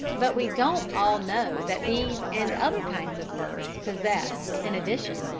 but we don't all know that these and other kinds of birds possess, in addition,